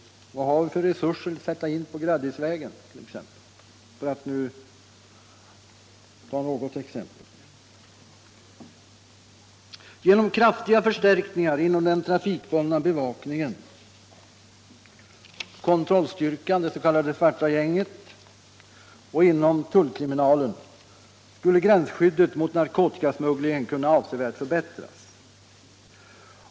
Vad har vi för resurser att sätta in på Graddisvägen, för att ta ett exempel? Genom kraftiga förstärkningar inom den trafikbundna bevakningen, kontrollstyrkan, det s.k. svarta gänget, och tullkriminalen skulle gränsskyddet mot narkotikasmugglingen kunna avsevärt förbättras.